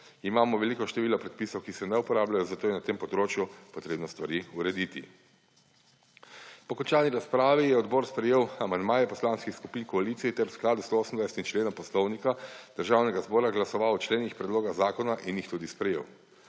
Imamo veliko število predpisov, ki se ne uporabljajo, zato je na tem področju potrebno stvari urediti. Po končani razpravi je odbor sprejel amandmaje poslanskih skupin koalicije ter v skladu s 128. členom Poslovnika Državnega zbora glasoval o členih predloga zakona in jih tudi sprejel.